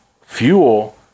Fuel